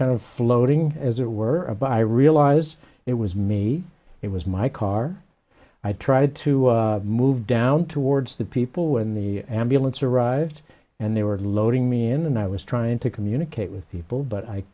kind of floating as it were a by realize it was me it was my car i tried to move down towards the people when the ambulance arrived and they were loading me in and i was trying to communicate with people but i